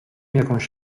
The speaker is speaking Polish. jakąś